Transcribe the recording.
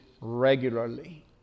regularly